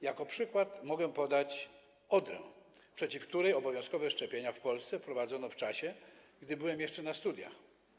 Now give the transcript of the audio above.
Jako przykład mogę podać odrę, przeciw której obowiązkowe szczepienia w Polsce wprowadzono w czasie, gdy byłem jeszcze na studiach.